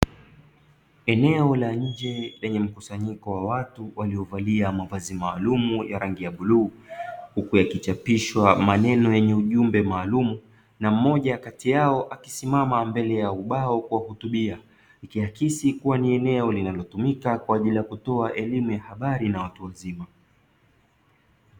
Eneo la nje lenye mkusanyiko wa watu waliovalia mavazi maalumu ya rangi ya bluu, huku yakichapishwa maneno yenye ujumbe maalumu. Na mmoja kati yao akisimama mbele ya ubao kuwahutubia. Ikiakisi kuwa ni eneo linalotumika kutoa elimu ya habari na watu wazima.